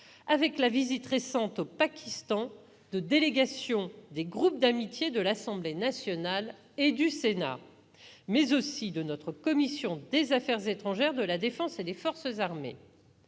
avec la visite récente au Pakistan de délégations des groupes d'amitié de l'Assemblée nationale et du Sénat, mais aussi de notre commission des affaires étrangères, de la défense et des forces armées.